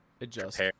adjust